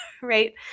Right